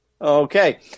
Okay